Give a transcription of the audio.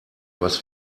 was